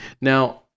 Now